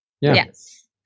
Yes